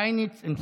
יובל שטייניץ,